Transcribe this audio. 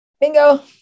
bingo